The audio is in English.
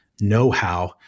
know-how